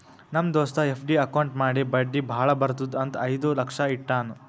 ನಮ್ ದೋಸ್ತ FD account ಮಾಡಿ ಬಡ್ಡಿ ಭಾಳ ಬರ್ತುದ್ ಅಂತ್ ಐಯ್ದ ಲಕ್ಷ ಇಟ್ಟಾನ್